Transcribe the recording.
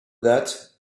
that